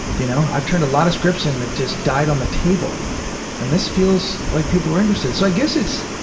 you know, i've turned a lot of scripts in that just died on the table and this feels like people are interested. so i guess it's